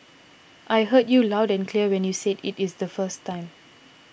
I heard you loud and clear when you said it is the first time